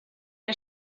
que